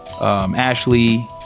ashley